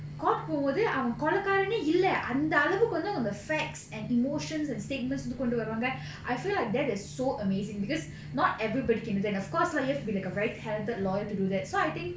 court போகும்போது அவன் கொலைகாரனே இல்ல அந்த அளவுக்கு வந்து அவனோட:pogumbodhu avan kolakaarane illa andha alavukku vandhu avanoda facts and emotions and statements வந்து கொண்டு வருவாங்க:vandhu kondu varuvaanga I feel like that is so amazing because not everybody can do that of course you have to be like a very talented lawyer to do that so I think